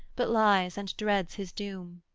but lies and dreads his doom.